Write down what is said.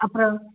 அப்புறம்